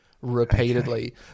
repeatedly